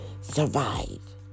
survive